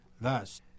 Thus